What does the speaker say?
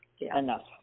Enough